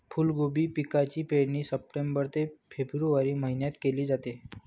फुलकोबी पिकाची पेरणी सप्टेंबर ते फेब्रुवारी महिन्यात केली जाते